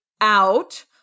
out